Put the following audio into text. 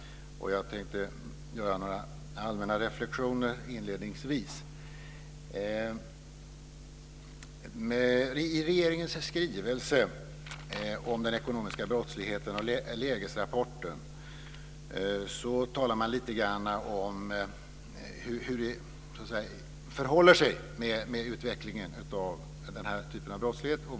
Jag ska inledningsvis göra några allmänna reflexioner. I regeringens skrivelse om den ekonomiska brottsligheten och i lägesrapporten går man lite grann in på utvecklingen av den här typen av brottslighet.